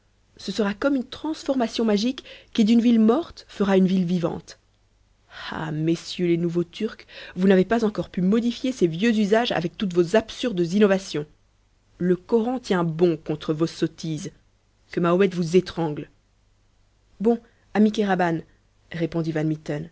ce sera comme une transformation magique qui d'une ville morte fera une ville vivante ah messieurs les nouveaux turcs vous n'avez pas encore pu modifier ces vieux usages avec toutes vos absurdes innovations le koran tient bon contre vos sottises que mahomet vous étrangle bon ami kéraban répondit